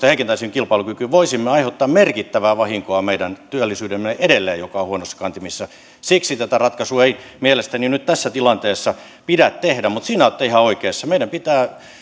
heikentäisi kilpailukykyä ja voisimme aiheuttaa merkittävää vahinkoa meidän työllisyydellemme joka on edelleen huonoissa kantimissa siksi tätä ratkaisua ei mielestäni nyt tässä tilanteessa pidä tehdä mutta siinä olette ihan oikeassa että meidän pitää